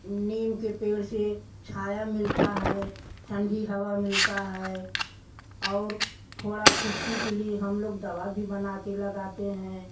नीम के पेड़ से छाया मिलता है ठंडी हवा मिलता है और फोड़ा फुस्की के लिए हम लोग दवा भी बना के लगाते हैं